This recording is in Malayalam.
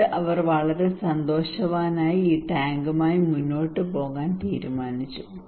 എന്നിട്ട് അവൻ വളരെ സന്തോഷവാനായി ഈ ടാങ്കുമായി മുമ്പോട്ടുപോകാൻ തീരുമാനിച്ചു